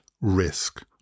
risk